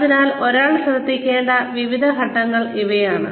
അതിനാൽ ഒരാൾ ശ്രദ്ധിക്കേണ്ട ചില ഘട്ടങ്ങൾ ഇവയാണ്